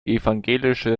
evangelische